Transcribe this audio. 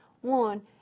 One